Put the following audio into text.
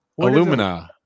Illumina